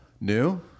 New